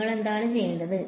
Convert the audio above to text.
നിങ്ങൾ എന്താണ് ചെയ്യേണ്ടത്